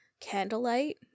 Candlelight